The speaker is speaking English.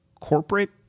corporate